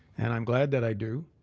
and i'm glad that i do,